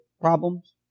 problems